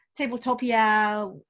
Tabletopia